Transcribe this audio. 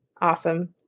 Awesome